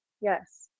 yes